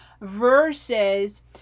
versus